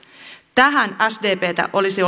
tähän sdptä olisi